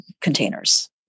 containers